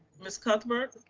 ms. cuthbert.